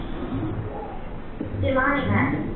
अऽ तिरमानी घाट